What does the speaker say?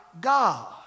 God